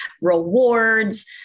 rewards